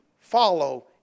follow